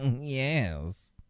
yes